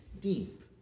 deep